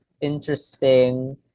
interesting